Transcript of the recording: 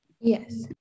Yes